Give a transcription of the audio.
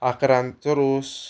आंकरांचो रोस